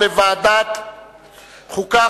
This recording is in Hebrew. לדיון מוקדם בוועדת החוקה,